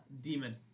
Demon